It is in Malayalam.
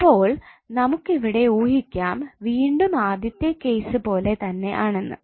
അപ്പോൾ നമുക്കിവിടെ ഊഹിക്കാം വീണ്ടും ആദ്യത്തെ കേസ് പോലെ തന്നെ ആണെന്ന്